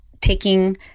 taking